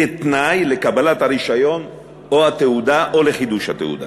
כתנאי לקבלת הרישיון או התעודה, או לחידוש התעודה.